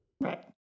Right